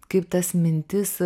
kaip tas mintis